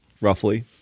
roughly